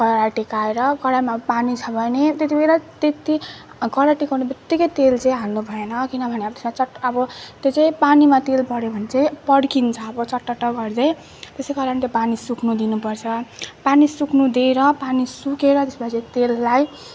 कराई टेकाएर कराईमा पानी छ भने त्यति बेलै त्यति कराई टेकाउने बित्तिकै तेल चाहिँ हाल्नु भएन किनभने अब त्यसमा चट अब त्यो चाहिँ पानीमा तेल पऱ्यो भने चाहिँ पड्किन्छ अब चटट गर्दै त्यसै कारणले पानी सुक्नु दिनु पर्छ पानी सुक्नु दिएर पानी सुकेर त्यसपछि तेललाई